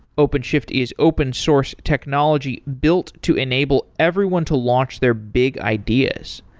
openshift is open source technology built to enable everyone to launch their big ideas.